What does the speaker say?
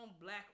black